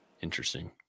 Interesting